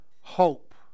hope